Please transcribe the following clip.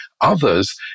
others